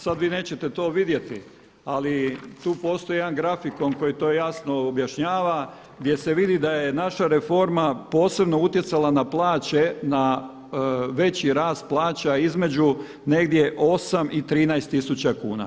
Sada vi nećete to vidjeti, ali tu postoji jedan grafikon koji to jasno objašnjava gdje se vidi da je naša reforma posebno utjecala na plaće, na veći rast plaća između negdje 8 i 13 tisuća kuna.